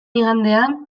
igandean